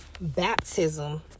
baptism